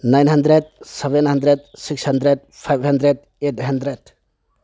nine hundred seven hundred six hundred five hundred eight hundred